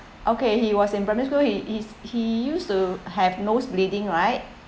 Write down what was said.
okay he was in primary school he he's he used to have nose bleeding right